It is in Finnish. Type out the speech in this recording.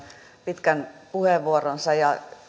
pitkän puheenvuoronsa ja